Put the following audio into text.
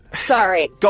Sorry